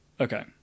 okay